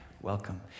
Welcome